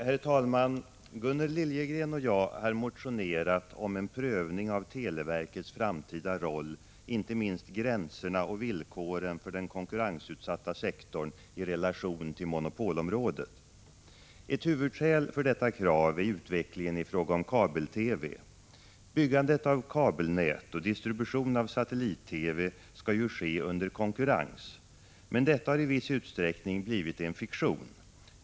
Herr talman! Gunnel Liljegren och jag har motionerat om en prövning av televerkets framtida roll; inte minst gränserna och villkoren för den konkurrensutsatta sektorn i relation till monopolområdet. Ett huvudskäl till detta krav är utvecklingen i fråga om kabel-TV. Byggandet av kabelnät och distribution av satellit-TV skall ju ske under konkurrens, men detta har i viss utsträckning blivit en fiktion.